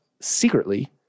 Secretly